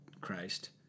Christ